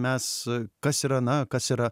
mes kas yra na kas yra